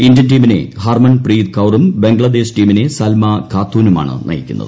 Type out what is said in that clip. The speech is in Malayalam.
ഇന്ത്യൻ ടീമിനെ ഹർമൺ പ്രീത് കൌറും ബംഗ്ലാദേശ് ടീമിനെ സൽമ ഖാത്തൂനുമാണ് നയിക്കുന്നത്